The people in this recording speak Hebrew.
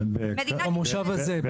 מדינת ישראל לא ערוכה.